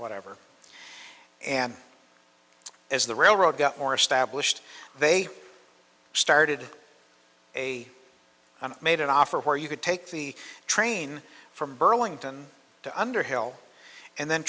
whatever and as the railroad got more established they started a and made an offer where you could take the train from burlington to underhill and then